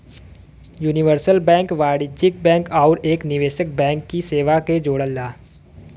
universal bank वाणिज्यिक bank आउर एक निवेश बैंक की सेवा के जोड़ला